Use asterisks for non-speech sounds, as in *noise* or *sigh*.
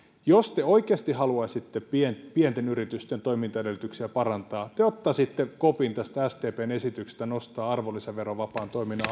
jos te oikeasti haluaisitte pienten pienten yritysten toimintaedellytyksiä parantaa te ottaisitte kopin tästä sdpn esityksestä nostaa arvonlisäverovapaan toiminnan *unintelligible*